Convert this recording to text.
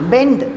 Bend